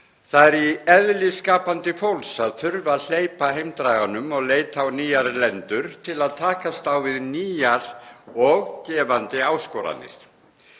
Það er í eðli skapandi fólks að þurfa að hleypa heimdraganum og leita á nýjar lendur til að takast á við nýjar og gefandi áskoranir.